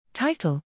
Title